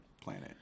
planet